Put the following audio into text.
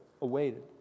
awaited